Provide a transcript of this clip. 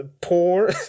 poor